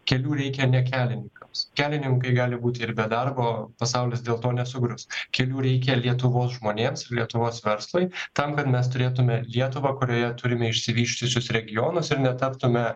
kelių reikia ne kelininkams kelininkai gali būti ir be darbo pasaulis dėl to nesugrius kelių reikia lietuvos žmonėms ir lietuvos verslui tam kad mes turėtume lietuvą kurioje turime išsivysčiusius regionus ir netaptume